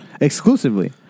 Exclusively